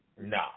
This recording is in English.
no